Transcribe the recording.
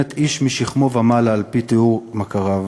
באמת, איש משכמו ומעלה, על-פי תיאור מכריו.